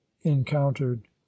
encountered